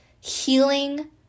healing